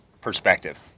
perspective